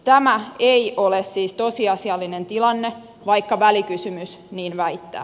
tämä ei ole siis tosiasiallinen tilanne vaikka välikysymys niin väittää